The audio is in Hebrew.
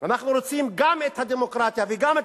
אנחנו רוצים גם את הדמוקרטיה וגם את